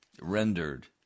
Rendered